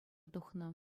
тухнӑ